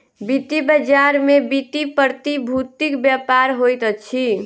वित्तीय बजार में वित्तीय प्रतिभूतिक व्यापार होइत अछि